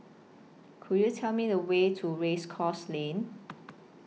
Could YOU Tell Me The Way to Race Course Lane